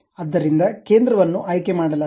ಆದ್ದರಿಂದ ಕೇಂದ್ರವನ್ನು ಆಯ್ಕೆ ಮಾಡಲಾಗಿದೆ